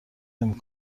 نمی